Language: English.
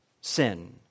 sin